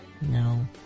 No